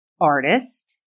artist